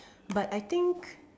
but I think